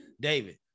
David